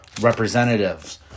representatives